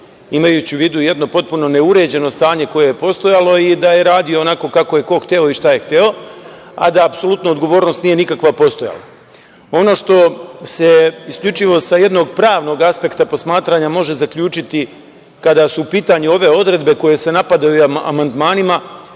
pričamo. Imajući u vidu jedno potpuno neuređeno stanje koje je postojalo i da je radio ko je kako i šta hteo, a da apsolutna odgovornost nije nikakva postojala. Ono što se isključivo sa jednog pravnog aspekta posmatranja može zaključiti, kada su u pitanju ove odredbe koje se napadaju amandmanima,